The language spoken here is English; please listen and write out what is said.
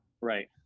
Right